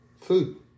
food